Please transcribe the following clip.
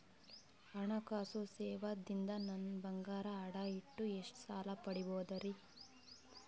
ಹಣಕಾಸು ಸೇವಾ ದಿಂದ ನನ್ ಬಂಗಾರ ಅಡಾ ಇಟ್ಟು ಎಷ್ಟ ಸಾಲ ಪಡಿಬೋದರಿ?